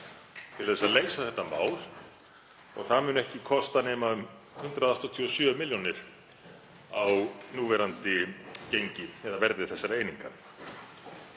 til að leysa þetta mál og það muni ekki kosta nema um 187 milljónir á núverandi gengi eða verði þessar einingar.